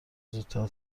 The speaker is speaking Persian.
زودتر